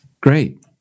Great